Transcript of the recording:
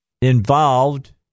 involved